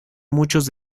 muchos